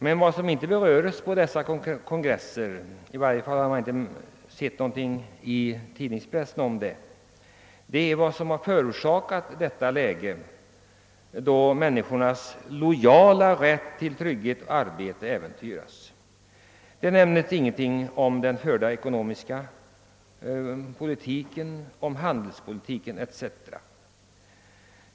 Men vad som inte beröres på dessa kongresser — i varje fall har jag inte sett något därom i tidningspressen är vad som förorsakat ett sådant läge, då människornas rätt till trygghet och arbete äventyras. Det sägs ingenting om den förda ekonomiska politiken, handelspolitiken etc.